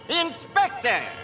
Inspector